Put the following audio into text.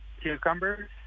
cucumbers